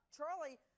Charlie